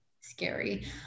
scary